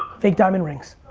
fake diamond rings.